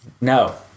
No